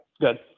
Good